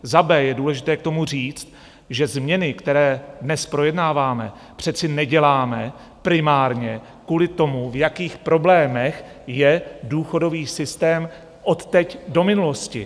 Za B je důležité k tomu říct, že změny, které dnes projednáváme, přece neděláme primárně kvůli tomu, v jakých problémech je důchodový systém odteď do minulosti.